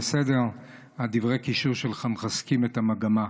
דברי הקישור שלך מחזקים את המגמה.